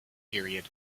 period